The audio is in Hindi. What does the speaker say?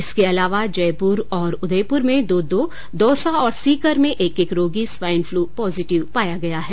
इसके अलावा जयपुर और उदयपुर में दो दो दौसा और सीकर में एक एक रोगी स्वाईन फ्लू पॉजिटिव पाया गया है